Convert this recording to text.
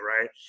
Right